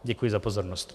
Děkuji za pozornost.